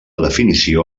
definició